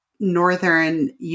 northern